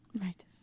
Right